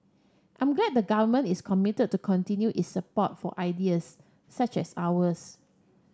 I'm glad the Government is committed to continue its support for ideas such as ours